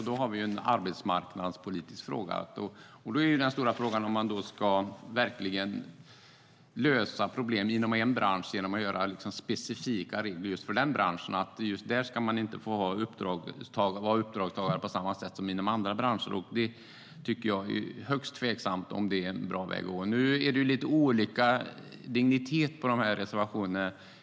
Det är en arbetsmarknadspolitisk fråga. Där är den stora frågan om vi verkligen ska lösa problemen i en bransch genom att göra specifika regler för just den branschen, i det här fallet att man inte får vara uppdragstagare på samma sätt som i andra branscher. Det är högst tveksamt om det är en bra väg att gå. Nu är det lite olika dignitet på reservationerna.